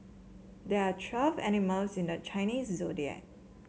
there are twelve animals in the Chinese Zodiac